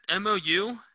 MOU